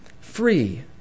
free